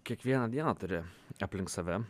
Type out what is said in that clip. kiekvieną dieną turi aplink save